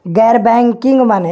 गैर बैंकिंग माने?